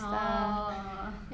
orh